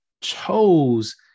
chose